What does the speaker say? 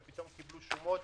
ופתאום קיבלו שומות.